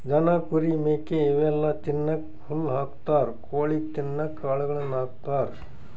ದನ ಕುರಿ ಮೇಕೆ ಇವೆಲ್ಲಾ ತಿನ್ನಕ್ಕ್ ಹುಲ್ಲ್ ಹಾಕ್ತಾರ್ ಕೊಳಿಗ್ ತಿನ್ನಕ್ಕ್ ಕಾಳುಗಳನ್ನ ಹಾಕ್ತಾರ